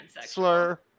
slur